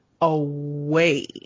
away